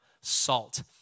salt